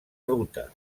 ruta